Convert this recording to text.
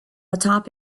atop